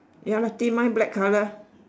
ya lah tame mine black colour